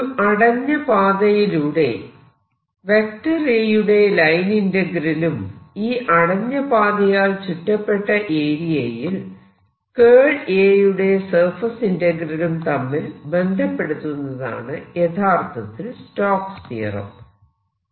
ഒരു അടഞ്ഞ പാതയിലൂടെ A യുടെ ലൈൻ ഇന്റഗ്രലും ഈ അടഞ്ഞ പാതയാൽ ചുറ്റപ്പെട്ട ഏരിയയിൽ A യുടെ സർഫേസ് ഇന്റഗ്രലും തമ്മിൽ ബന്ധപ്പെടുത്തുന്നതാണ് യഥാർത്ഥത്തിൽ സ്റ്റോക്സ് തിയറംstoke's theorem